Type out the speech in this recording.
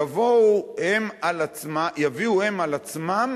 יביאו הם על עצמם